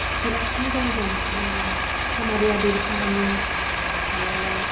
बिरात मोजां मोजांं हमारि अधुरि कहानि आरो